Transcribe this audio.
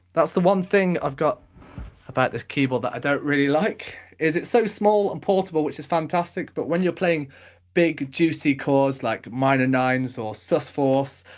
that's the one thing i've got about this keyboard that i don't really like, is it's so small and portable, which is fantastic, but when you're playing big, juicy chords like minor nines or sus fourths,